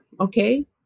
okay